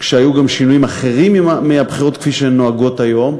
כשהיו גם שינויים אחרים מהבחירות כפי שהן נוהגות היום.